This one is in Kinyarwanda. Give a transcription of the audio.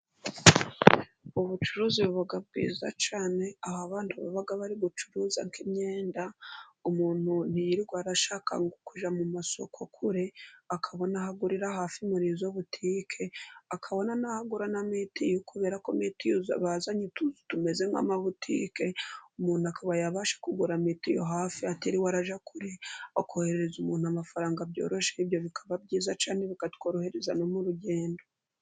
Ubucuruzi buba bwiza cyane, aho abantu baba bari bucuruza nk'imyenda, umuntu ntiyirwe arashaka kujya mu masoko kure akabona aho agurira hafi umurizo butike, akabona naho agura na mitiyu, kubera ko mitiyu bazanye utuzu tumeze nk'amabutike, umuntu akaba yabasha kugura mitiyu hafi atariwe arajya kure, akohererereza umuntu amafaranga byoroshye ibyo bikaba byiza cyane bikatworohereza no mu rugendo.